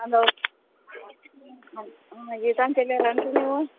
hello ಹಾಂ ಗೀತಾಂಜಲಿ ಅವ್ರೇನ್ರೀ ನೀವು